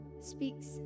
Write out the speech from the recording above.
speaks